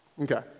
Okay